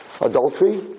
Adultery